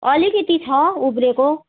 अलिकति छ उब्रेको